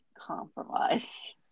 compromise